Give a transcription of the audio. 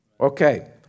Okay